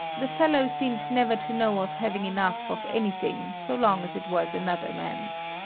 the fellow seemed never to know of having enough of anything so long as it was another man's.